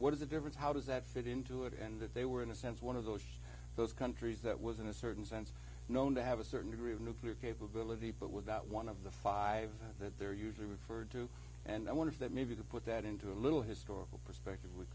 what is the difference how does that fit into it and if they we're in a sense one of those those countries that was in a certain sense known to have a certain degree of nuclear capability but without one of the five that they're usually referred to and i wonder if that maybe to put that into a little historical perspective w